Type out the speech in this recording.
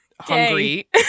hungry